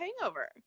hangover